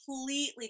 completely